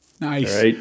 Nice